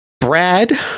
Brad